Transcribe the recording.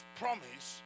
promise